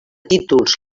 títols